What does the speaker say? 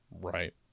Right